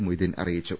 മൊയ്തീൻ അറിയിച്ചു